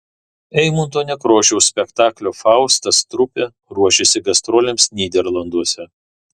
eimunto nekrošiaus spektaklio faustas trupė ruošiasi gastrolėms nyderlanduose